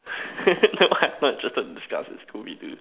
never mind I'm not interested to discuss this Scooby-Doo